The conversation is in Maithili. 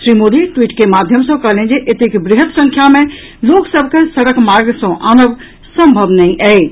श्री मोदी ट्वीट के माध्यम सँ कहलनि जे एतेक वृहत संख्या मे लोक सभ के सड़क मार्ग सँ आनब सम्भव नहि अछि